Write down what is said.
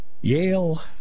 Yale